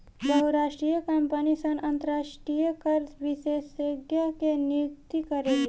बहुराष्ट्रीय कंपनी सन अंतरराष्ट्रीय कर विशेषज्ञ के नियुक्त करेली